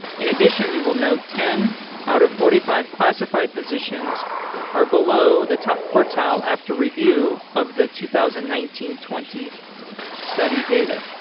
in addition, you will note ten out of forty five classified positions are below the top quartile after review of the two thousand and nineteen twenty study data.